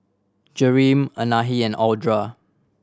Jereme Anahi and Audra